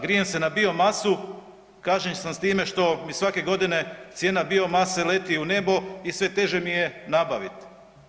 Grijem se na biomasu, kažnjen sam s time što mi svake godine cijena biomase leti u nebo i sve teže mi je nabaviti.